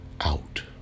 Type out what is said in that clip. out